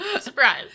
Surprise